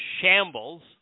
shambles